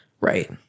Right